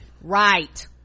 Right